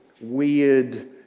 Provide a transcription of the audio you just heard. weird